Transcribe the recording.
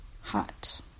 hot